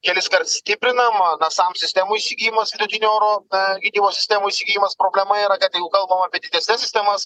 keliskart stiprinam nasam sistemų įsigijimas vidutinio oro gynimo sistemų įsigijimas problema yra kad kalbama apie didesnes sistemas